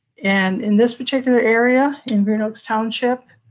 and in this particular area in green oaks township,